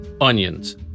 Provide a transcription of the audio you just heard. onions